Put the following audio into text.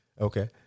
okay